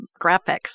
graphics